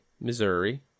Missouri